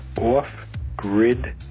off-grid